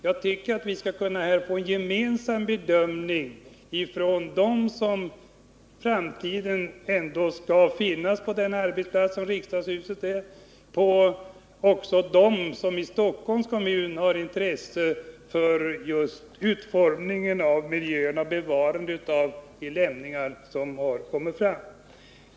Jag tycker att vi skall kunna få en gemensam bedömning ifrån dem som i framtiden ändå skall finnas på den arbetsplats som riksdagshuset är och dem som i Stockholms kommun har intresse för just utformningen av miljön och bevarandet av de lämningar som kommit fram.